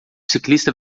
ciclista